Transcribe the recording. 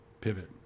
pivot